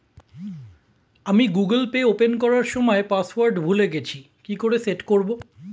আমি Google pay open করার সময় পাসওয়ার্ড ভুলে গেছি কি করে সেট করব?